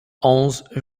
onze